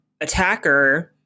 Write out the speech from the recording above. attacker